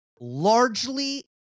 largely